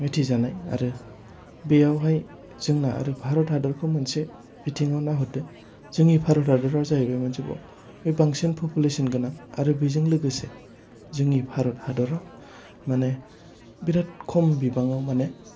मिथिजानाय आरो बेयावहाय जोंना आरो भारत हादरखौ मोनसे बिथिंयाव नाहरदो जोंनि भारत हादरा जाहैबाय मोनसेबाव बांसिन फफुलेसन गोनां आरो बेजों लोगोसे जोंनि भारत हादराव माने बिराद खम बिबाङाव माने